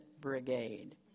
brigade